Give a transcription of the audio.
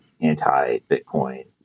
anti-Bitcoin